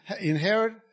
inherit